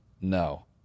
no